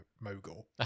mogul